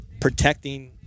protecting